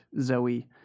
Zoe